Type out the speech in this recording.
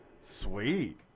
sweet